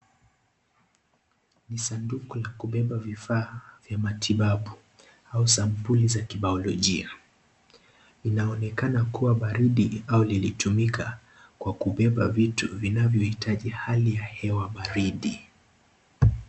Ni sanduku la kubeba vifaa vya matibabu au sambuli za kibaologia, inaonekana kuna baridi linalotumika kwa kubeba vitu vinavyo hitaji hali ya hewa baridi.